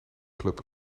club